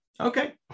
Okay